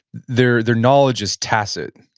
their their knowledge is tacit.